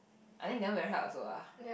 I think that one very hard also lah